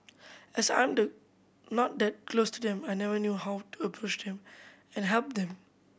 as I'm the not that close to them I never knew how to approach them and help them